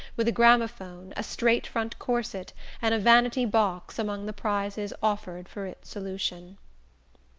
with a gramophone, a straight-front corset and a vanity-box among the prizes offered for its solution.